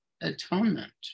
atonement